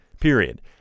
period